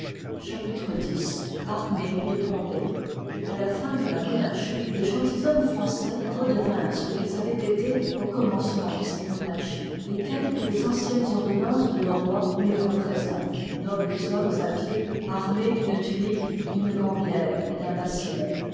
chapitre x armée de condé a la fin de la monarchie les gentilshommes français redevinrent ce qu'ils avoient été au commencement de cette monarchie et tels que les anciennes ordonnances de nos rois nous les représentent nobles hommes à pied armés d'une tu jvohius homo penigue d'une srambiàre etdun bassinet